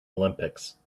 olympics